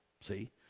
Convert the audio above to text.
see